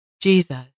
Jesus